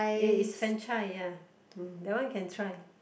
yeah is franchise ya that one can try